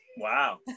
Wow